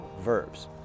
verbs